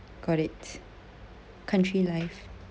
got it country life